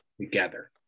together